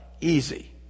easy